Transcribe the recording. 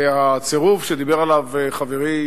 והצירוף שדיבר עליו חברי,